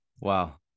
Wow